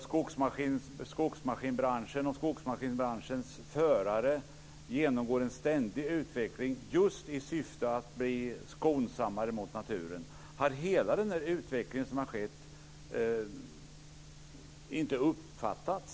Skogsmaskinsbranschen och skogsmaskinsbranschens förare genomgår en ständig utveckling just i syfte att bli skonsammare mot naturen. Har hela den utveckling som har skett inte uppfattats?